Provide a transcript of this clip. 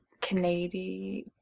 Canadian